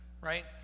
right